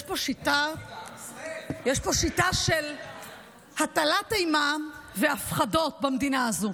יש פה שיטה של הטלת אימה והפחדות במדינה הזאת.